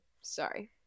sorry